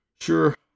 Sure